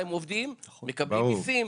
הם עובדים, מקבלים מיסים.